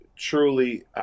Truly